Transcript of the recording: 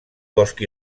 bosch